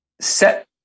set